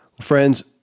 Friends